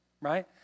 right